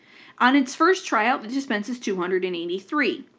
on its first try, ah but it dispenses two hundred and eighty three,